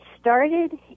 started